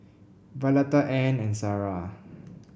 Violetta Anne and Sara